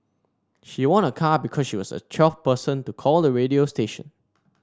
she won a car because she was the twelfth person to call the radio station